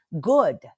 good